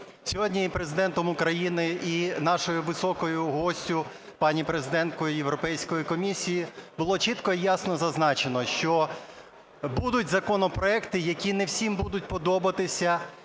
Сьогодні і Президентом України, і нашою високою гостею пані президенткою Європейської комісії було чітко і ясно зазначено, що будуть законопроекти, які не всім будуть подобатися